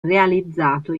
realizzato